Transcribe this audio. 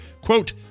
quote